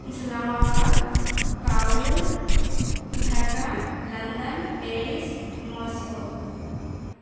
Islamabad Kabul Dhaka London Paris Moscow